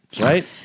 Right